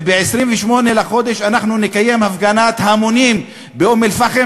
וב-28 בחודש אנחנו נקיים הפגנת המונים באום-אלפחם,